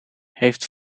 heeft